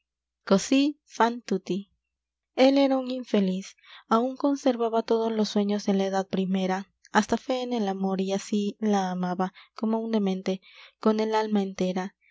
cossí fan tutti él era un infeliz aun conservaba todos los sueños de la edad primera hasta fé en el amor y así la amaba como un demente con el alma entera